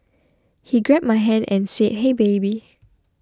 he grabbed my hand and said hey baby